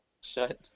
shut